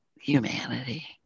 humanity